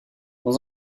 dans